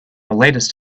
latest